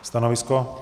Stanovisko?